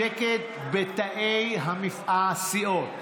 שקט בתאי הסיעות.